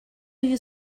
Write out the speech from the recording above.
you